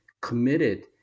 committed